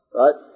right